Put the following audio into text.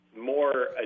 more